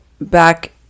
back